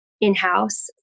in-house